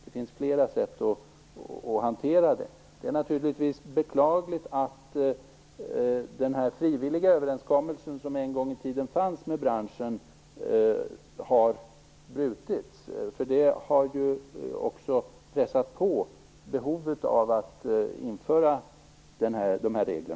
Det finns flera sätt att hantera detta. Det är naturligtvis beklagligt att den frivilliga överenskommelse med branschen som en gång i tiden fanns har brutits. Det har ju också pressat fram behovet av att införa dessa regler.